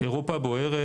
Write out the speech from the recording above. אירופה בוערת.